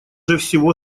всего